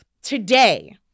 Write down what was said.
Today